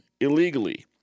illegally